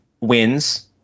wins